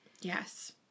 Yes